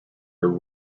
her